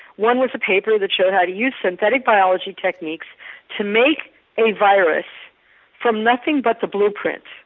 one was a paper that showed how to use synthetic biology techniques to make a virus from nothing but the blueprint.